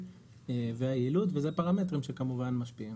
והיעילות ואלה פרמטרים שכמובן משפיעים